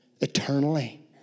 eternally